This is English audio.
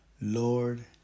Lord